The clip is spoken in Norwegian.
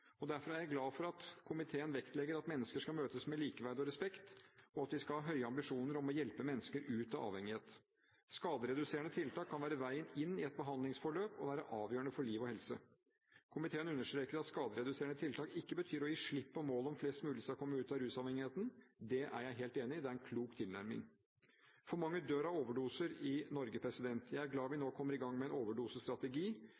tiltak. Derfor er jeg glad for at komiteen vektlegger at mennesker skal møtes med likeverd og respekt, og at vi skal ha høye ambisjoner om å hjelpe mennesker ut av avhengighet. Skadereduserende tiltak kan være veien inn i et behandlingsforløp og være avgjørende for liv og helse. Komiteen understreker at skadereduserende tiltak ikke betyr å gi slipp på målet om at flest mulig skal komme ut av rusavhengigheten. Det er jeg helt enig i. Det er en klok tilnærming. For mange dør av overdoser i Norge. Jeg er glad vi